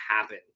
happen